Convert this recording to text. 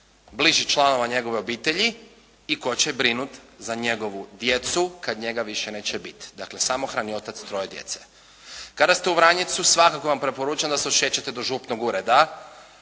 bližih članova njegove obitelji i tko će brinuti za njegovu djecu kad njega više neće biti. Dakle samohrani otac troje djece. Kada ste u Vranjicu svakako vam preporučam da se odšećete do župnog ureda,